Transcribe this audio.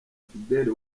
fidele